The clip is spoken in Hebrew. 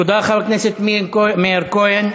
תודה, חבר הכנסת מאיר כהן.